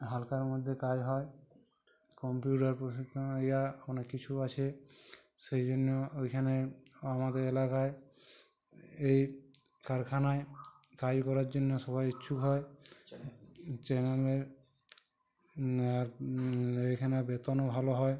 হালকার মধ্যে কাজ হয় কম্পিউটার প্রশিক্ষণ এরিয়া অনেক কিছু আছে সেই জন্য ওইখানে আমাদের এলাকায় এই কারখানায় চাকরি করার জন্য সবাই ইচ্ছুক হয় আর এইখানে বেতনও ভালো হয়